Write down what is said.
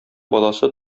баласы